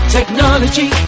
Technology